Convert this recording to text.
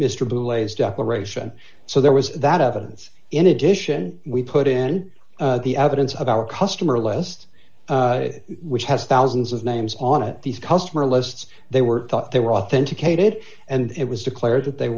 a's declaration so there was that evidence in addition we put in the evidence of our customer list which has thousands of names on it these customer lists they were thought they were authenticated and it was declared that they